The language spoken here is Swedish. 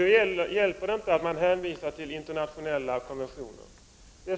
Nu hjälper det inte att man hänvisar till internationella konventioner.